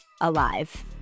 alive